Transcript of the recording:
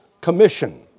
commission